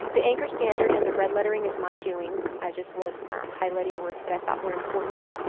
the anchor standard and the red lettering is my doing. i just was highlighting words that i thought were important.